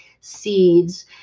seeds